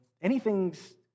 anything's